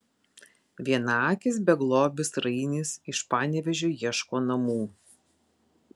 vienaakis beglobis rainis iš panevėžio ieško namų